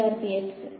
വിദ്യാർത്ഥി x